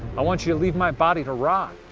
i want you to leave my body to rot.